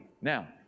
Now